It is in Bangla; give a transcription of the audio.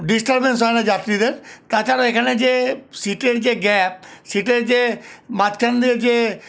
ডিস্টার্বেন্স হয় না যাত্রীদের তাছাড়া এখানে যে সীটের যে গ্যাপ সীটের যে মাঝখান দিয়ে যে